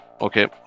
okay